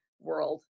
world